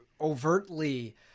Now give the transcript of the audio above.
overtly